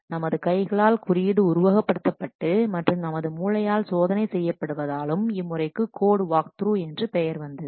நமது கைகளால் குறியீடு உருவகப் படுத்தப்பட்டு மற்றும் நமது மூளையால் சோதனை செய்யப்படுவதாலும் இம்முறைக்கு கோட் வாக்த்ரூஎன்று பெயர் வந்தது